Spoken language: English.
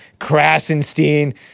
Krasenstein